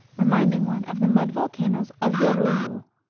reminding one of the mud volcanoes of jorullo.